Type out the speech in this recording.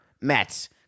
Mets